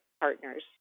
partners